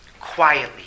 quietly